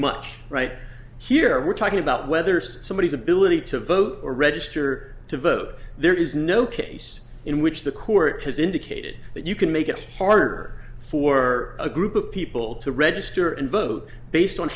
much right here we're talking about whether somebody is ability to vote or register to vote there is no case in which the court has indicated that you can make it harder for a group of people to register and vote based on